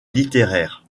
littéraires